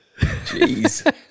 Jeez